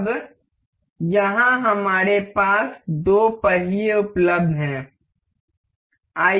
अब यहां हमारे पास दो पहिए उपलब्ध हैं